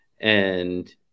and-